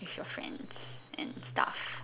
with your friends and stuff